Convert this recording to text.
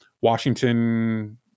Washington